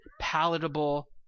palatable